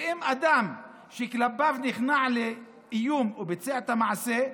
ואם אדם נכנע לאיום וביצע את המעשה,